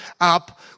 up